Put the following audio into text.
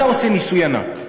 אתה עושה ניסוי ענק.